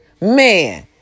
Man